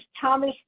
Thomas